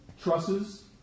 trusses